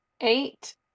eight